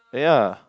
and ya